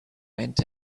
enter